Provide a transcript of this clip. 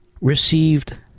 received